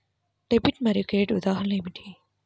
Debit మరియు credit ఉదాహరణలు ఏమిటీ?